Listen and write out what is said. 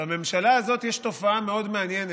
בממשלה הזאת יש תופעה מאוד מעניינת.